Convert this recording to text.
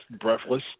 breathless